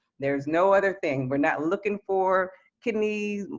there's no other thing. we're not looking for kidneys,